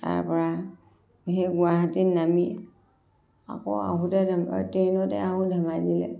তাৰ পৰা সেই গুৱাহাটীত নামি আকৌ আহোঁতে ট্ৰেইনতে আহোঁ ধেমাজিলৈ